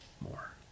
more